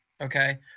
Okay